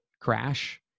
crash